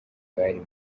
bari